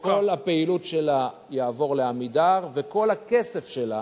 וכל הפעילות שלה תעבור ל"עמידר" וכל הכסף שלה,